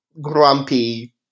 grumpy